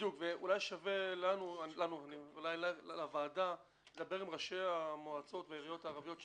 ואולי שווה לוועדה לדבר עם ראשי המועצות בעיריות הערביות,